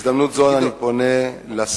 בהזדמנות הזאת אני פונה אל השרים,